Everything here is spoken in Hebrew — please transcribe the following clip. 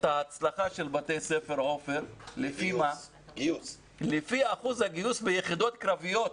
ההצלחה של בתי ספר לפי אחוז הגיוס ביחידות קרביות.